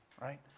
right